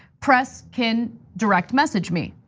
press can direct message me.